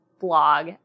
blog